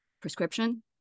prescription